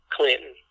Clinton